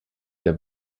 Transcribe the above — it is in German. der